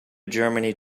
germany